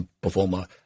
performer